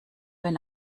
wenn